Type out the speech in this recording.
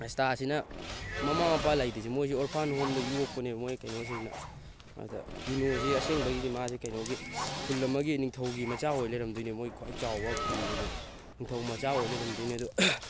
ꯑꯦꯁꯇꯥꯁꯤꯅ ꯃꯃꯥ ꯃꯄꯥ ꯂꯩꯇ꯭ꯔꯤꯁꯦ ꯃꯣꯏꯁꯦ ꯑꯣꯔꯐꯥꯟ ꯍꯣꯝꯗ ꯌꯣꯛꯄꯅꯦꯕ ꯃꯣꯏ ꯀꯩꯅꯣꯁꯤꯡꯅ ꯑꯗ ꯌꯨꯅꯣꯁꯤ ꯑꯁꯦꯡꯕꯒꯤꯗꯤ ꯃꯥꯁꯤ ꯀꯩꯅꯣꯒꯤ ꯈꯨꯜ ꯑꯃꯒꯤ ꯅꯤꯡꯊꯧꯒꯤ ꯃꯆꯥ ꯑꯣꯏ ꯂꯩꯔꯝꯗꯣꯏꯅꯦ ꯃꯣꯏ ꯈ꯭ꯋꯥꯏ ꯆꯥꯎꯕ ꯈꯨꯟꯗꯨꯒꯤ ꯅꯤꯡꯊꯧ ꯃꯆꯥ ꯑꯣꯏ ꯂꯩꯔꯝꯗꯣꯏꯅꯤ ꯑꯗꯨ